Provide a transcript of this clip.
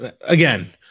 again